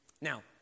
Now